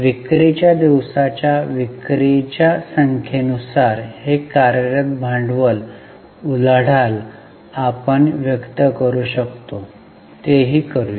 विक्रीच्या दिवसाच्या विक्रीच्या संख्ये नुसार हे कार्यरत भांडवल उलाढाल आपण व्यक्त करू शकतो तेही करूया